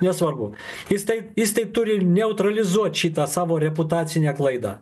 nesvarbu jis tai jis tai turi neutralizuot šitą savo reputacinę klaidą